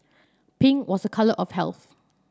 pink was a colour of health